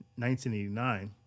1989